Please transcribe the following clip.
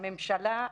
הממשלה,